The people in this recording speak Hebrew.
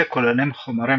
אלה כוללים חומרים,